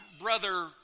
brother